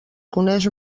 coneix